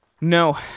No